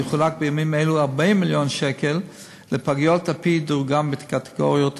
יחולקו בימים אלו 40 מיליון שקל לפגיות על-פי דירוגן בקטגוריות השונות.